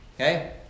okay